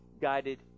guided